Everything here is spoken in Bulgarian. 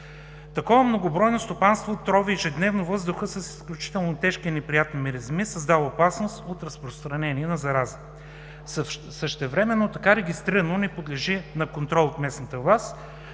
Такова многобройно стопанство трови ежедневно въздуха с изключително тежки и неприятни миризми, създава опасност от разпространение на зарази. Същевременно така регистрирано, не подлежи на контрол от местната власт,